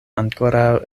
ankoraŭ